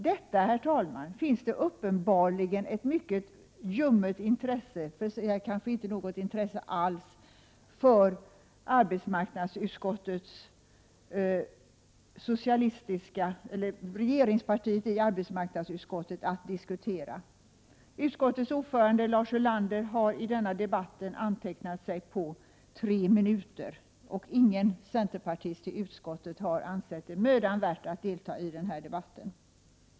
Detta, herr talman, har regeringspartiets representanter i arbetsmarknadsutskottet uppbarligen ett mycket ljummet intresse för att diskutera, och kanske inte något intresse alls. Utskottets ordförande Lars Ulander har i denna debatt antecknat sig för tre minuters taletid, och ingen centerpartist i utskottet har ansett det mödan värt att delta i denna debatt.